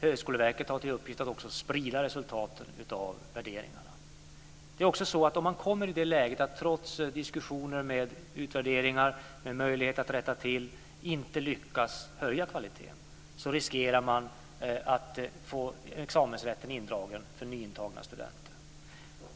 Högskoleverket har till uppgift att också sprida resultaten av värderingarna. Det är också så att om man kommer i det läget att man trots diskussioner och utvärderingar med möjlighet att rätta inte lyckas höja kvaliteten riskerar man att få examensrätten indragen för nyintagna studenter.